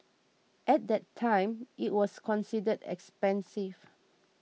at that time it was considered expensive